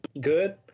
good